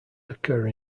occur